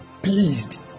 pleased